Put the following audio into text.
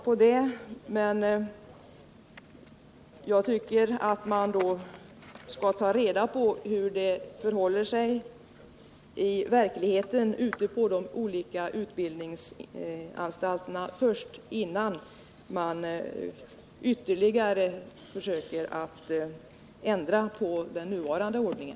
Jag tycker emellertid att man först skall ta reda på hur det förhåller sig i verkligheten ute på de olika utbildningsantalterna, innan man ytterligare försöker ändra den nuvarande ordningen.